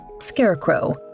scarecrow